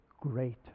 great